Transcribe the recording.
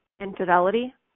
infidelity